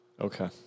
Okay